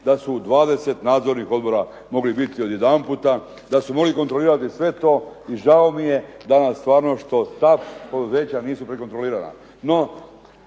da su u 20 nadzornih odbora mogli biti odjedanputa, da su mogli kontrolirati sve to i žao mi je danas stvarno što ta poduzeća nisu prekontrolirana.